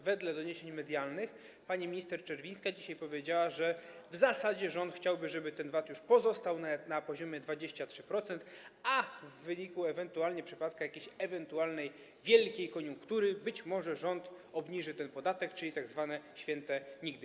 Wedle doniesień medialnych pani minister Czerwińska dzisiaj powiedziała, że w zasadzie rząd chciałby, żeby ten VAT już pozostał na poziomie 23%, a w wyniku ewentualnie przypadku, jakiejś ewentualnej bardzo dobrej koniunktury rząd być może obniży ten podatek, czyli chodzi tu o tzw. święte nigdy.